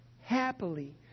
Happily